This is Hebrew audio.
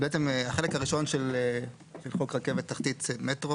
החלק הראשון של חוק רכבת תחתית (מטרו),